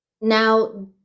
Now